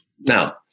Now